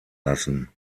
lassen